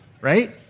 right